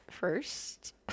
first